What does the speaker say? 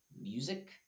music